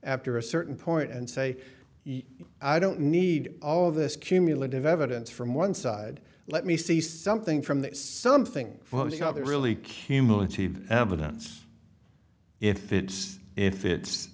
after a certain point and say i don't need all this cumulative evidence from one side let me see something from the something other really cumulative evidence if it's if it's